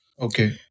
Okay